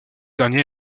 dernier